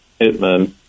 Hitman